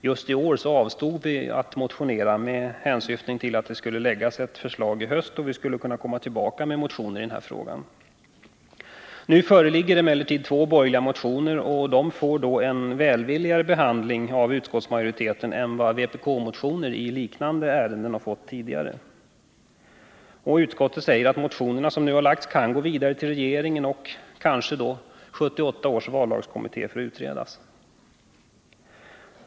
Just i år avstod vi från att motionera, med hänsyn till att det skulle läggas fram ett förslag i höst och till att vi då skulle kunna återkomma med motioner i frågan. Nu föreligger emellertid två borgerliga motioner, och de har fått en välvilligare behandling av utskottsmajoriteten än vad tidigare vpk-motioner i ärendet har fått. Utskottsmajoriteten säger att de motioner som väckts kan gå vidare till regeringen och bör bli föremål för utredning av 1978 års vallagskommitté.